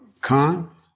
Khan